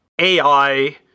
AI